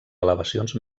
elevacions